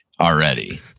already